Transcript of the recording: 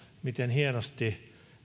miten hienosti